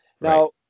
Now